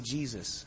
Jesus